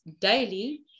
daily